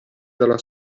dalla